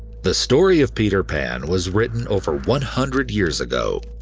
the story of peter pan was written over one hundred years ago,